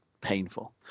painful